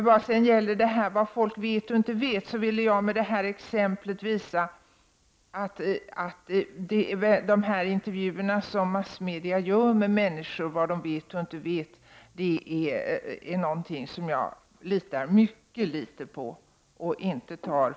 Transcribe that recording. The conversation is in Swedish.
Vad sedan gäller hur mycket folk vet och inte vet ville jag med mitt exempel visa att jag litar mycket litet på de intervjuer som massmedia gör på detta tema. Jag tar dem inte särskilt allvarligt.